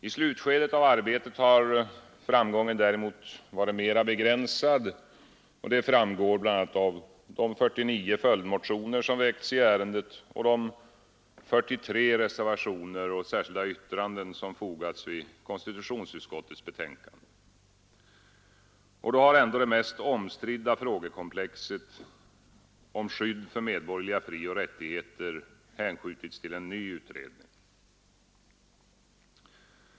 I slutskedet av arbetet har framgången däremot varit mera begränsad, som framgår bl.a. av de 49 följdmotioner som väckts i ärendet och de 43 reservationer och särskilda yttranden som fogats vid konstitutionsutskottets betänkande. Då har ändå det mest omstridda frågekomplexet, om skydd för medborgerliga frioch rättigheter, hänskjutits till en ny utredning.